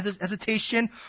hesitation